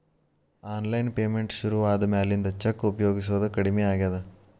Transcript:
online payment ಶುರುವಾದ ಮ್ಯಾಲಿಂದ cheque ಉಪಯೊಗಸೋದ ಕಡಮಿ ಆಗೇದ